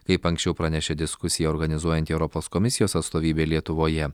kaip anksčiau pranešė diskusiją organizuojanti europos komisijos atstovybė lietuvoje